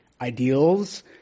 ideals